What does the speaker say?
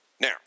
Now